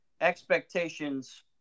expectations